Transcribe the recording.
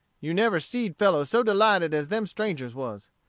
you never seed fellows so delighted as them strangers was.